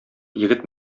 егет